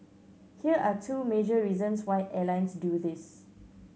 here are two major reasons why airlines do this